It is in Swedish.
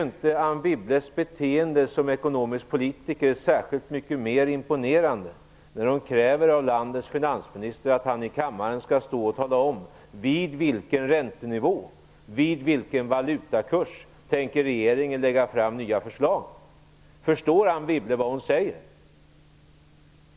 Anne Wibbles beteende som ekonomisk politiker blir inte särskilt mycket mer imponerande när hon kräver att landets finansminister i kammaren skall tala om, vid vilken räntenivå och vid vilken valutakurs regeringen tänker lägga fram nya förslag. Förstår Anne Wibble vad hon då säger?